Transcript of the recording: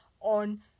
on